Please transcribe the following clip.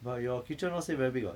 but your kitchen not say very big [what]